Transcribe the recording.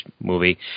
movie